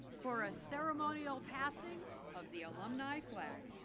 for a ceremonial passing of the alumni flag.